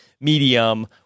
medium